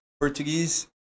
Portuguese